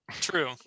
true